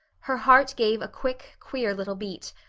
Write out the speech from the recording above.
her heart gave a quick, queer little beat.